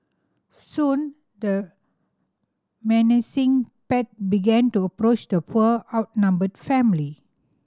soon the menacing pack began to approach the poor outnumbered family